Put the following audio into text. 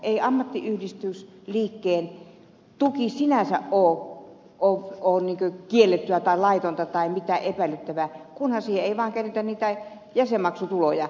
ei ammattiyhdistysliikkeen tuki sinänsä ole kiellettyä tai laitonta tai mitään epäilyttävää kunhan siihen ei vaan käytetä jäsenmaksutuloja